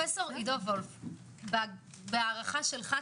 בהערכה שלך,